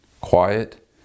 quiet